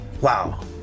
Wow